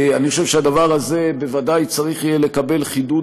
אני חושב שהדבר הזה בוודאי צריך יהיה לקבל חידוד